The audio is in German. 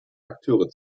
akteure